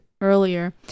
earlier